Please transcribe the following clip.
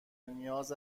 نیاز